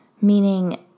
meaning